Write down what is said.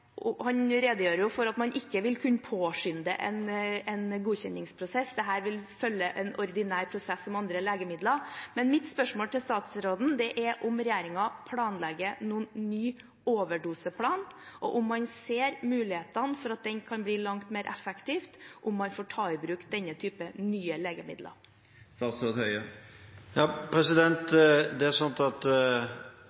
redegjør for at man ikke vil kunne påskynde en godkjenningsprosess, at det vil følge ordinær prosess, som for andre legemidler. Mitt spørsmål til statsråden er om regjeringen planlegger noen ny overdoseplan, og om han ser muligheten for at det kan bli langt mer effektivt om man får ta i bruk denne typen nye